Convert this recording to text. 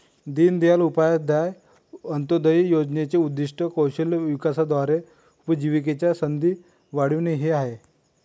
दीनदयाळ उपाध्याय अंत्योदय योजनेचे उद्दीष्ट कौशल्य विकासाद्वारे उपजीविकेच्या संधी वाढविणे हे आहे